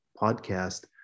podcast